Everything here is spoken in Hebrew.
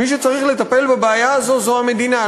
מי שצריך לטפל בבעיה הזו זו המדינה,